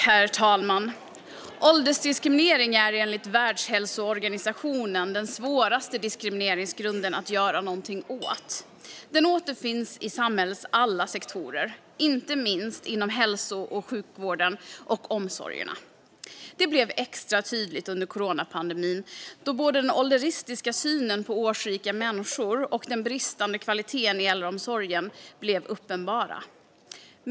Herr talman! Åldersdiskriminering är enligt Världshälsoorganisationen den svåraste diskrimineringsgrunden att göra någonting åt. Den återfinns i samhällets alla sektorer, inte minst inom hälso och sjukvården och omsorgerna. Det blev extra tydligt under coronapandemin, då både den ålderistiska synen på årsrika människor och den bristande kvaliteten i äldreomsorgen blev uppenbara.